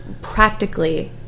practically